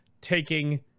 taking